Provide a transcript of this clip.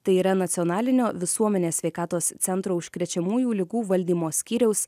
tai yra nacionalinio visuomenės sveikatos centro užkrečiamųjų ligų valdymo skyriaus